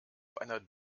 einer